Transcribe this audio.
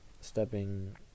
stepping